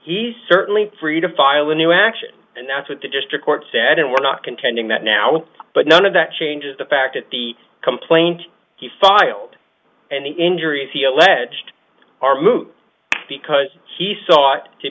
he's certainly free to file a new action and that's what the district court said and we're not contending that now but none of that changes the fact that the complaint he filed and the injuries he alleged are moot because he sought to